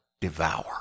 Devour